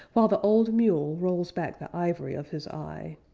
while the old mule rolls back the ivory of his eye.